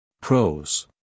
Pros